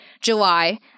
July